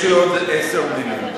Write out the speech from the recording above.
יש לי עוד עשר מלים,